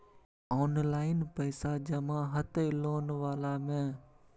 Online पैसा जमा हते लोन वाला में?